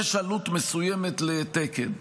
יש עלות מסוימת לתקן.